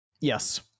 yes